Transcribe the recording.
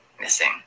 missing